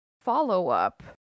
follow-up